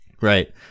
Right